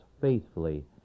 faithfully